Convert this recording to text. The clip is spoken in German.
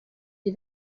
die